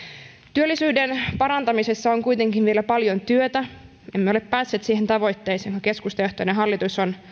työllisyyden parantamisessa on kuitenkin vielä paljon työtä emme ole päässeet siihen tavoitteeseen jonka keskustajohtoinen hallitus on